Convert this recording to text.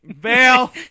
bail